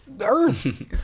Earth